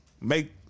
make